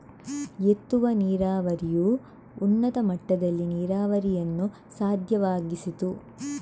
ಎತ್ತುವ ನೀರಾವರಿಯು ಉನ್ನತ ಮಟ್ಟದಲ್ಲಿ ನೀರಾವರಿಯನ್ನು ಸಾಧ್ಯವಾಗಿಸಿತು